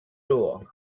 rule